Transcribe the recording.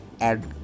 add